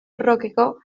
hardcoreko